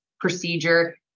procedure